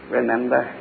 remember